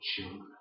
children